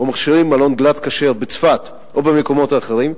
או מכשירים מלון "גלאט כשר" בצפת או במקומות אחרים,